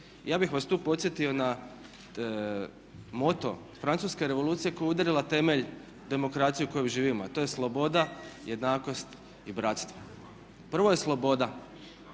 Ja bih vas tu podsjetio na moto Francuske revolucije koja je udarila temelj demokracije u kojoj živimo a to je "Sloboda, jednakost i bratstvo." Prvo je sloboda,